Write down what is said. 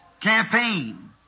campaign